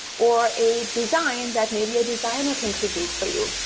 or a design that maybe a designer can create for you.